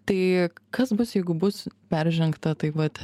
tai kas bus jeigu bus peržengta taip vat